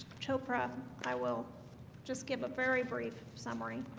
chopra i will just give a very brief summary